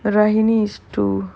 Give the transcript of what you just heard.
rahini is two